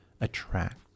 attract